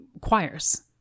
choirs